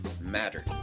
mattered